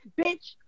bitch